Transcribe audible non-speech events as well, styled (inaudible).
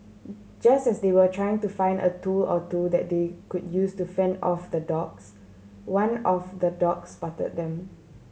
(noise) just as they were trying to find a tool or two that they could use to fend off the dogs one of the dogs spotted them